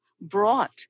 brought